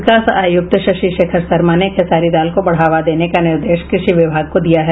विकास आयुक्त शशि शेखर शर्मा ने खेसारी दाल को बढ़ावा देने का निर्देश कृषि विभाग को दिया है